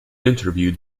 interviewed